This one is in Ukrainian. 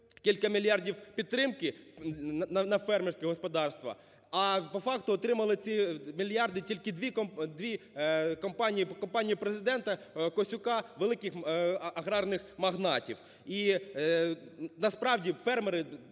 кілька мільярдів підтримки на фермерські господарства, а по факту отримали ці мільярди тільки дві компанії: компанія Президента, Косюка, великих аграрних магнатів. І насправді фермери,